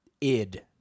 id